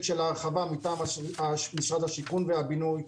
של ההרחבה מטעם משרד הבינוי והשיכון.